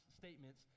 statements